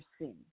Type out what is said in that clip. sin